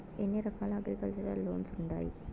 ఎన్ని రకాల agriculture loans ఉండాయి